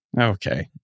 Okay